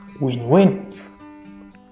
Win-win